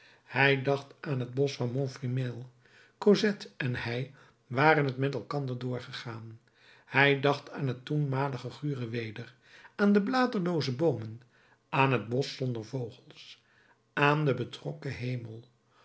hij dacht aan het bosch van montfermeil cosette en hij waren t met elkander doorgegaan hij dacht aan het toenmalige gure weder aan de bladerlooze boomen aan het bosch zonder vogels aan den betrokken hemel